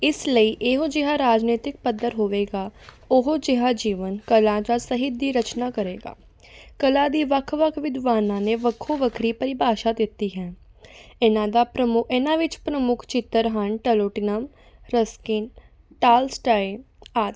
ਇਸ ਲਈ ਇਹੋ ਜਿਹਾ ਰਾਜਨੀਤਿਕ ਪੱਧਰ ਹੋਵੇਗਾ ਉਹ ਜਿਹਾ ਜੀਵਨ ਕਲਾ ਜਾਂ ਸਾਹਿਤ ਦੀ ਰਚਨਾ ਕਰੇਗਾ ਕਲਾ ਦੀ ਵੱਖ ਵੱਖ ਵਿਦਵਾਨਾਂ ਨੇ ਵੱਖੋ ਵੱਖਰੀ ਪਰਿਭਾਸ਼ਾ ਦਿੱਤੀ ਹੈ ਇਹਨਾਂ ਦਾ ਪ੍ਰਮੋ ਇਹਨਾਂ ਵਿੱਚ ਪ੍ਰਮੁੱਖ ਚਿੱਤਰ ਹਨ ਟਲੋਟੀਨਮ ਰਸਕਿਨ ਟਾਲਸਟਾਏ ਆਦਿ